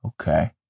okay